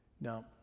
Now